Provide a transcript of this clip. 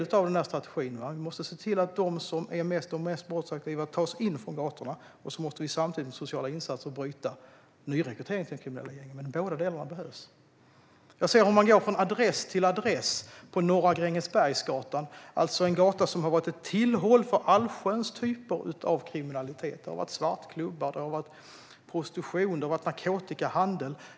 Det är en del av strategin - vi måste se till att de som är mest brottsaktiva tas in från gatorna. Samtidigt måste vi genom sociala insatser bryta nyrekryteringen till de kriminella gängen. Båda delarna behövs. Jag ser hur man går från adress till adress på Norra Grängesbergsgatan, alltså en gata som har varit ett tillhåll för allsköns typer av kriminalitet. Det har varit svartklubbar, det har varit prostitution och det har varit narkotikahandel.